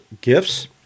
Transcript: gifts